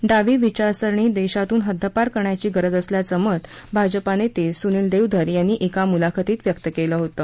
डावी विचारसरणी देशातून हद्दपार करण्याची गरज असल्याचं मत भाजपा नेते सुनील देवधर यांनी एका मुलाखतीत व्यक्त केलं होतं